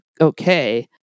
okay